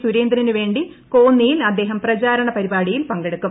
സുരേന്ദ്രനു വേണ്ടി കോന്നിയിൽ അദ്ദേഹം പ്രചാരണ പരിപാടിയിൽ പങ്കെടുക്കും